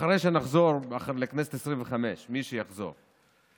אחרי שנחזור לכנסת העשרים-וחמש, מי שיחזור,